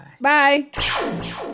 Bye